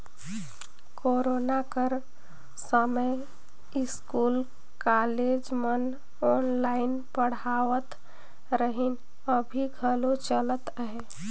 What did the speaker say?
corona कर समें school, college मन ऑनलाईन पढ़ावत रहिन, अभीं घलो चलत अहे